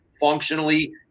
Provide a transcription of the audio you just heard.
functionally